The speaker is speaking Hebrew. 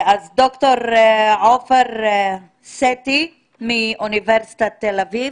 ד"ר עופר סטי, מרצה בכיר מאוניברסיטת תל-אביב,